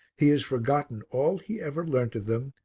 he has forgotten all he ever learnt of them,